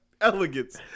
Elegance